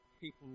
people